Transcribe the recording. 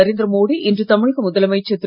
நரேந்திர மோடி இன்று தமிழக முதலமைச்சர் திரு